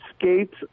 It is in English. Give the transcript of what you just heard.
Skates